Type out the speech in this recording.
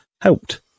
helped